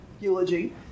eulogy